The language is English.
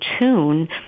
tune